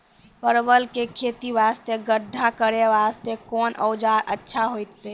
परवल के खेती वास्ते गड्ढा करे वास्ते कोंन औजार अच्छा होइतै?